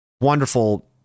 Wonderful